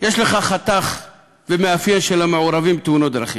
יש לך חתך ומאפיין של המעורבים בתאונות דרכים,